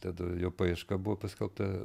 tad jo paieška buvo paskelbta